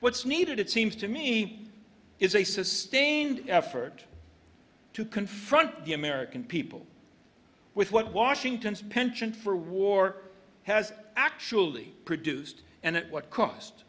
what's needed it seems to me is a sustained effort to confront the american people with what washington's penchant for war has actually produced and at what cost